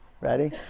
Ready